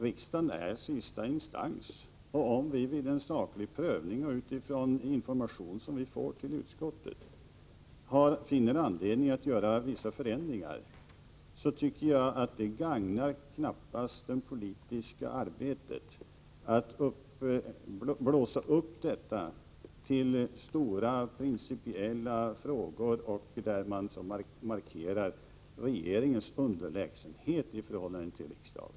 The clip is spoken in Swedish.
Riksdagen är ju ändå sista instans, och om vi vid en saklig prövning och utifrån information som vi får i utskottet finner anledning att göra vissa förändringar, tycker jag knappast att det gagnar det politiska arbetet att blåsa upp detta till stora, principiella frågor, där man försöker framställa detta som regeringens underlägsenhet i förhållande till riksdagen.